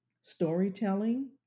storytelling